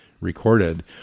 recorded